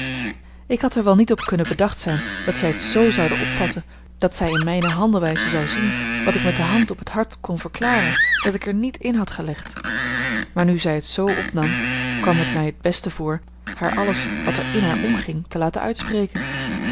ik had er wel niet op kunnen bedacht zijn dat zij het z zoude opvatten dat zij in mijne handelwijze zou zien wat ik met de hand op het hart kon verklaren dat ik er niet in had gelegd maar nu zij het z opnam kwam het mij het beste voor haar alles wat er in haar omging te laten uitspreken